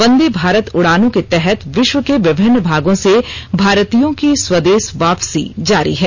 वंदे भारत उड़ानों के तहत विश्व के विभिन्न भागों से भारतीयों की स्वदेश वापसी जारी है